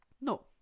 no